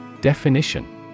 Definition